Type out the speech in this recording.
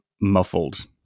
muffled